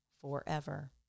forever